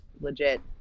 legit